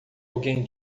alguém